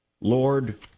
Lord